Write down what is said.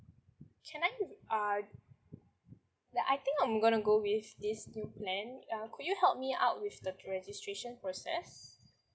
can I uh like I think I'm gonna go with this new plan uh could you help me out with the registration process